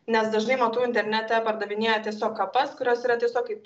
nes dažnai matau internete pardavinėja tiesiog kapas kurios yra tiesiog kaip